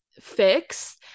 fix